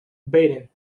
baden